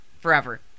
forever